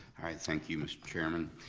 alright, thank you, mr. chairman,